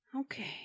Okay